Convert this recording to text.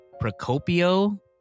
Procopio